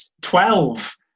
twelve